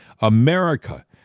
America